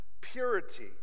purity